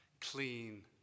clean